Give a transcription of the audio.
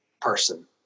person